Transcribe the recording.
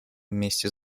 вместе